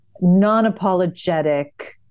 non-apologetic